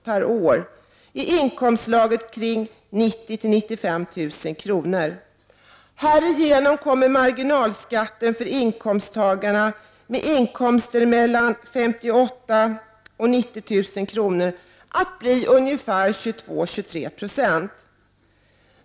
per år i inkomstlägena 90 000-95 000 kr. Härigenom kommer marginalskatten för inkomsttagare med inkomster mellan 58 000 kr. och 90 000 kr. att bli 22-23 20.